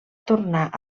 tornar